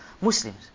Muslims